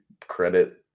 credit